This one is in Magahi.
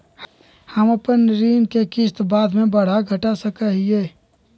हम अपन ऋण के किस्त बाद में बढ़ा घटा सकई हियइ?